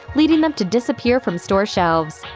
leading them to disappear from store shelves.